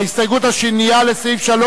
ההסתייגות השנייה לסעיף 3,